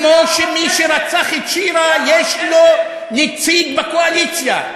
כמו שמי שרצח את שירה יש לו נציג בקואליציה,